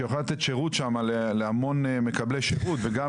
שיוכל לתת שירות שם להמון מקבלי שירות וגם